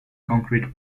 concrete